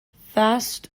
fast